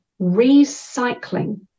recycling